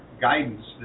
guidance